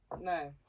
No